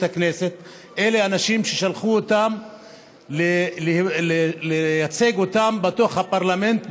הכנסת אלא על ידי אנשים ששלחו אותם לייצג אותם בתוך הפרלמנט,